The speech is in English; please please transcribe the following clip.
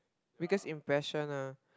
biggest impression ah